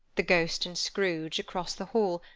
the ghost and scrooge, across the hall,